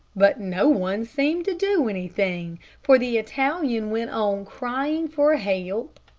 but no one seemed to do anything, for the italian went on crying for help,